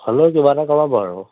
হ'লেও কিবা এটা কমাব আৰু